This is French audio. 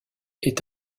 est